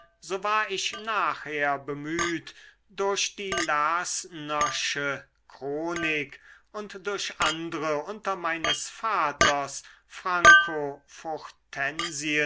so war ich nachher bemüht durch die lersnersche chronik und durch andre unter meines vaters